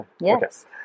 Yes